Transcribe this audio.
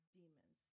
demons